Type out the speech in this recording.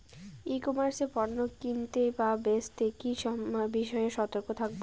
ই commerce এ পণ্য কিনতে বা বেচতে কি বিষয়ে সতর্ক থাকব?